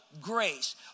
grace